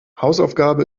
hausaufgabe